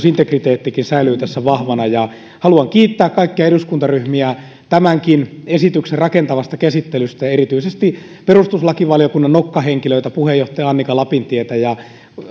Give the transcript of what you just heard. integriteettikin säilyy tässä vahvana haluan kiittää kaikkia eduskuntaryhmiä tämänkin esityksen rakentavasta käsittelystä ja erityisesti perustuslakivaliokunnan nokkahenkilöitä puheenjohtaja annika lapintietä ja